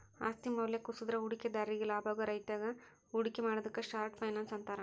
ಆಸ್ತಿ ಮೌಲ್ಯ ಕುಸದ್ರ ಹೂಡಿಕೆದಾರ್ರಿಗಿ ಲಾಭಾಗೋ ರೇತ್ಯಾಗ ಹೂಡಿಕೆ ಮಾಡುದಕ್ಕ ಶಾರ್ಟ್ ಫೈನಾನ್ಸ್ ಅಂತಾರ